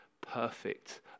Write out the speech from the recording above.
perfect